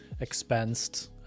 expensed